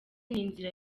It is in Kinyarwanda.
inzira